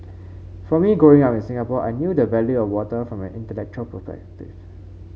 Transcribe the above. for me Growing Up in Singapore I knew the value of water from an intellectual perspective